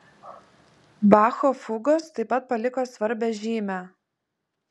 bacho fugos taip pat paliko svarbią žymę